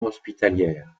hospitalière